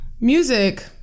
music